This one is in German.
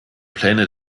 pläne